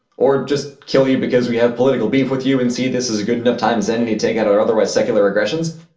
or just kill you because we have political beef with you and see this is a good enough time as any to take out our otherwise secular aggressions?